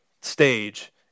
stage